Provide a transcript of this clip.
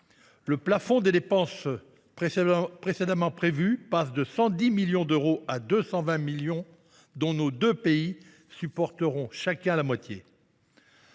Le plafond des dépenses précédemment prévues passe de 110 millions d’euros à 220 millions d’euros, et nos deux pays y contribueront chacun pour moitié.